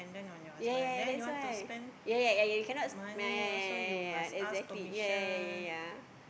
ya ya that's why ya ya you cannot my exactly ya ya ya ya